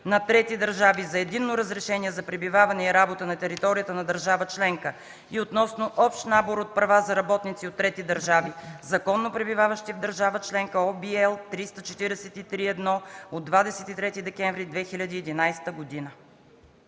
на трети държави за единно разрешение за пребиваване и работа на територията на държава-членка и относно общ набор от права за работници от трети държави, законно пребиваващи в държава членка (OB, L 343/1 от 23 декември 2011 г.).”